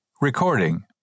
Recording